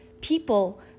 people